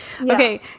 Okay